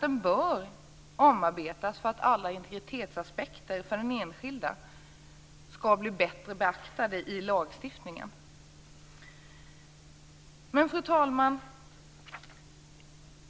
Den bör omarbetas för att alla integritetsaspekter för den enskilda skall bli bättre beaktade i lagstiftningen. Fru talman!